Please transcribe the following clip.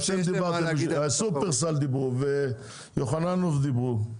אתם דיברתם, שופרסל דיברו ויוחננוף דיברו.